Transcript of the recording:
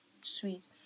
sweet